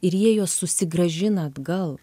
ir jie juos susigrąžina atgal